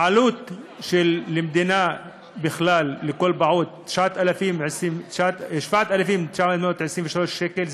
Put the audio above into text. העלות למדינה בכלל לכל פעוט היא 7,923 שקלים.